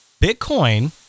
Bitcoin